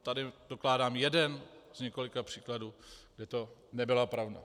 Tady dokládám jeden z několika příkladů, že to nebyla pravda.